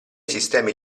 sistemi